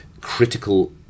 critical